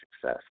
success